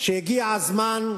שהגיע הזמן,